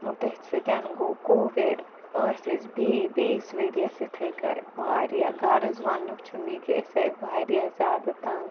تٔتھۍ سۭتۍ گوٚو کووِڈ ٲسۍ أسۍ بیٚیہِ بیٚیِس ؤرۍ یَس یِتھَے کٔٹھۍ واریاہ غرض وَنںُک چھُم یہِ کہِ أسۍ آے واریاہ زیادٕ تنٛگ